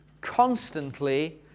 constantly